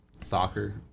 soccer